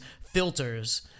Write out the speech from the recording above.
filters